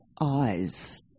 eyes